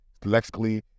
Lexically